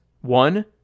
one